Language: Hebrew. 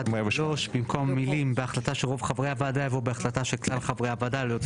כדי לשפר אותו ובאמת להנגיש